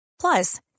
Plus